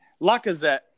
Lacazette